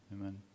Amen